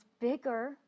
bigger